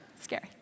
Scary